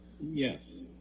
Yes